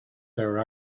their